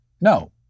No